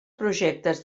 projectes